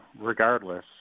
regardless